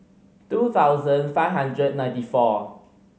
two thousand five hundred ninety four